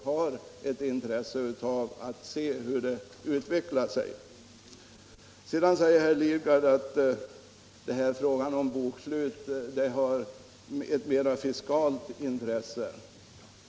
Herr Lidgard säger sedan att frågan om bokslut har ett mera fiskalt intresse.